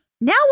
Now